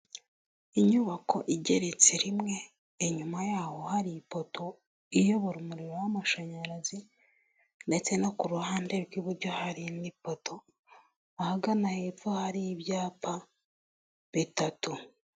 Inyubako igeretse rimwe, inyuma yaho hari ipoto iyobora umuriro w'amashanyarazi, ndetse no ku ruhande rw'iburyo harimo ipoto, ahagana hepfo hari y'ibyapa bitatu.